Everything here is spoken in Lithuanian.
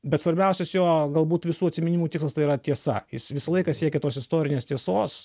bet svarbiausias jo galbūt visų atsiminimų tikslas tai yra tiesa jis visą laiką siekė tos istorinės tiesos